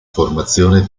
formazione